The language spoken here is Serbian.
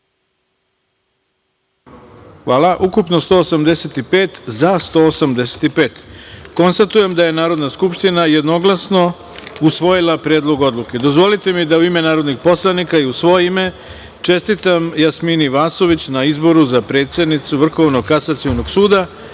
glasanje: ukupno – 185, za – 185.Konstatujem da je Narodna skupština jednoglasno usvojila Predlog odluke. Dozvolite mi da u ime narodnih poslanika i u svoje ime čestitam Jasmini Vasović na izboru za predsednicu Vrhovnog kasacionog suda